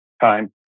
time